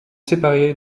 séparé